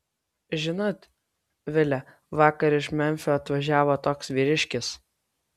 žinot vile vakar iš memfio atvažiavo toks vyriškis